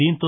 దీంతో